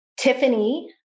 Tiffany